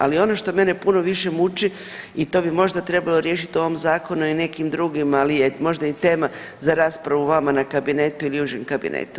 Ali ono što mene puno više muči i to bi možda trebalo riješiti u ovom zakonu i nekim drugim, ali je možda i tema za raspravu vama na kabinetu ili užem kabinetu.